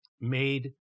made